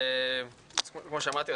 כמו שאמרתי,